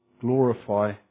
glorify